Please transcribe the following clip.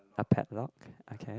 a padlock okay